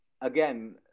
again